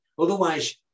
Otherwise